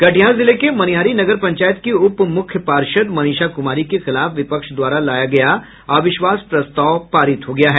कटिहार जिले के मनिहारी नगर पंचायत की उप मुख्य पार्षद मनीषा कुमारी के खिलाफ विपक्ष द्वारा लाया गया अविश्वास प्रस्ताव पारित हो गया है